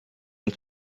and